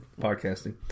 podcasting